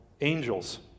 angels